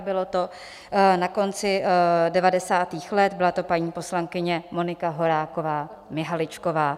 Bylo to na konci devadesátých let, byla to paní poslankyně Monika Horáková Mihaličková.